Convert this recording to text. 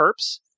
perps